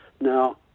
Now